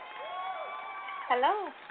hello